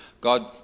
God